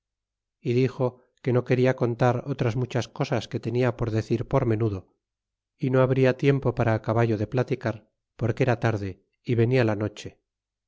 y dixo que no quería contar otras muchas cosas que tenia por decir por menudo y no habria tiempo para acaballo de platicar porque era tarde y venia la noche